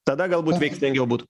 tada galbūt veiksmingiau būt